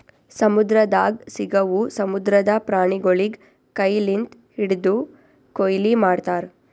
ಸಮುದ್ರದಾಗ್ ಸಿಗವು ಸಮುದ್ರದ ಪ್ರಾಣಿಗೊಳಿಗ್ ಕೈ ಲಿಂತ್ ಹಿಡ್ದು ಕೊಯ್ಲಿ ಮಾಡ್ತಾರ್